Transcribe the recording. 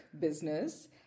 business